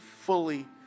fully